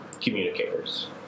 communicators